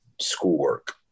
schoolwork